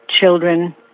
children